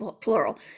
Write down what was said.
plural